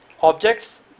objects